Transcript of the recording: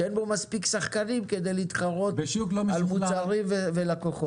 שאין בו מספיק שחקנים כדי להתחרות על מוצרים ולקוחות.